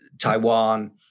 Taiwan